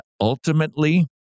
ultimately